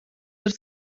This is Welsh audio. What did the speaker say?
wrth